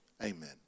Amen